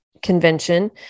convention